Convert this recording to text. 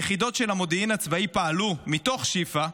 יחידות של המודיעין הצבאי פעלו מתוך שיפא.